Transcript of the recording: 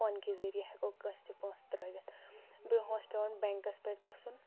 phone کہِ ذٔریعہِ ہٮ۪کو کٲنٛسہِ تہِ پونٛسہٕ ترٛٲوِتھ برٛونٛہہ اوس پٮ۪وان بینٛکَس پٮ۪ٹھ گژھُن